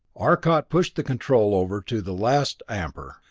arcot pushed the control over to the last ampere,